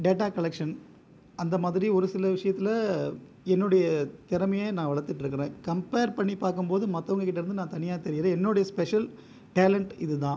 data collection அந்த மாதிரி ஒரு சில விஷயத்தில் என்னுடைய திறமையை நான் வளர்த்துக்கிட்டு இருக்கிறேன் கம்பெர் பண்ணி பார்க்கும்போது மற்றவங்ககிட்ட இருந்து நான் தனியாக தெரியுறது என்னுடைய ஸ்பெசல் டேலண்ட் இது தான்